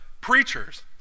preachers